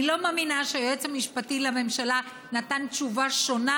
אני לא מאמינה שהיועץ המשפטי לממשלה נתן תשובה שונה